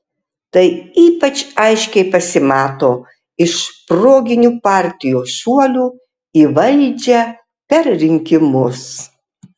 tai ypač aiškiai pasimato iš proginių partijų šuolių į valdžią per rinkimus